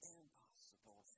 impossible